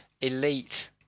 elite